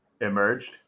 emerged